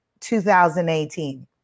2018